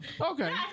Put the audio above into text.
Okay